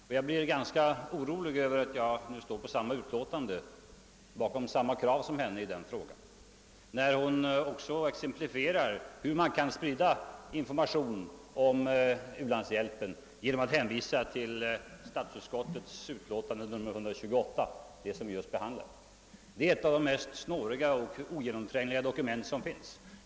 Och jag blir ganska orolig över att stå på samma utlåtande, som fru Lewén-Eliasson i den här frågan när hon exemplifierar hur man kan sprida information om u-landshjälpen genom att hänvisa till statsutskottets utlåtande nr 128 — det utlåtande som vi just behandlar. Det är ett av de mest snåriga och ogenomträngliga dokument som finns.